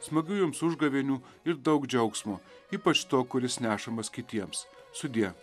smagių jums užgavėnių ir daug džiaugsmo ypač to kuris nešamas kitiems sudie